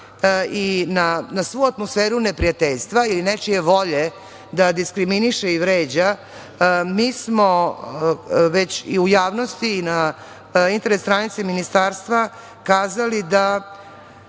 Na svu atmosferu neprijateljstva i nečije volje da diskriminiše i vređa, mi smo već u javnosti i na internet stranici ministarstva kazali da